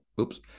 Oops